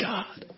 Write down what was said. God